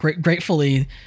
gratefully